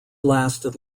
lasted